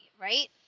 right